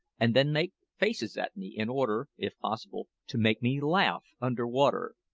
and then make faces at me in order, if possible, to make me laugh under water.